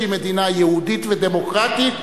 שהיא מדינה יהודית ודמוקרטית,